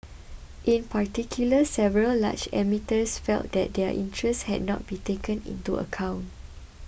in particular several large emitters felt that their interests had not been taken into account